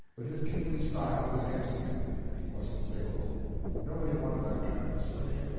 but his kingly style was against him, and he wasn't salable nobody wanted that kind of a slave.